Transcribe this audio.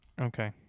Okay